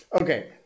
Okay